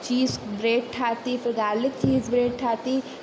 चीस bread ठाती garlic cheese bread ठाही